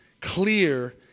clear